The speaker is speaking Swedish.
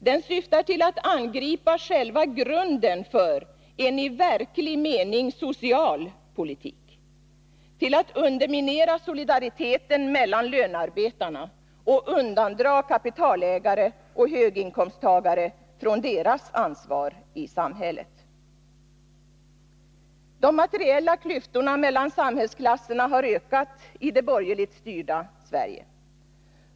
Den syftar till att angripa själva grunden för en i verklig mening social politik — till att underminera solidariteten mellan lönarbetarna och undandra kapitalägare och höginkomsttagare från deras ansvar i samhället. De materiella klyftorna mellan samhällsklasserna har ökat i det borgerligt styrda Sverige.